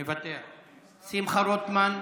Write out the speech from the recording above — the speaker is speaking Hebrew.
מוותר, שמחה רוטמן,